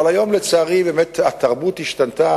אבל היום, לצערי, התרבות השתנתה.